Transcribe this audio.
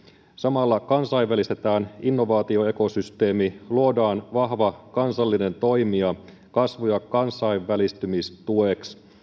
samalla kansainvälistetään innovaatioekosysteemi luodaan vahva kansallinen toimija kasvun ja kansainvälistymisen tueksi